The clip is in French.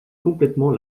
complètement